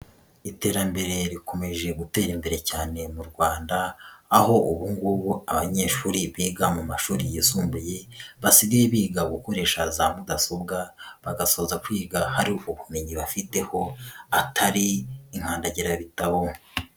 Iterambere rikomeje gutera imbere cyane mu Rwanda, aho ubu ngubu abanyeshuri biga mu mashuri yisumbuye, basigaye biga gukoresha za mudasobwa, bagasoza kwiga hari ubumenyi bafiteho, atari inkandagirabitabo.